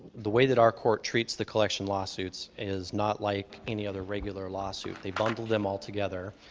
the way that our court treats the collection lawsuits is not like any other regular lawsuit. they bundle them all together,